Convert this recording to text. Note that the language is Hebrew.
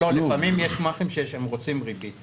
לא, לפעמים יש מאכערים שרוצים ריבית כלשהי.